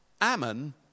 Ammon